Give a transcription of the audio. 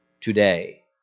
today